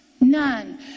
none